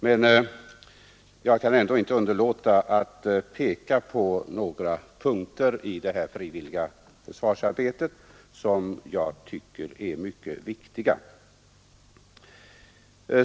Men jag kan ändå inte underlåta att peka på några punkter i det frivilliga försvarsarbetet som jag tycker är mycket viktiga.